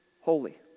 holy